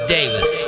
Davis